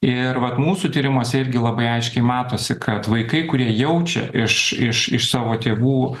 ir vat mūsų tyrimuose irgi labai aiškiai matosi kad vaikai kurie jaučia iš iš iš savo tėvų